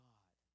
God